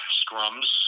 scrums